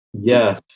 Yes